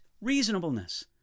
reasonableness